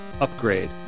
upgrade